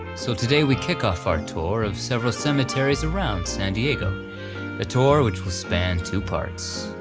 so today we kick off our tour of several cemeteries around san diego a tour which will span two parts.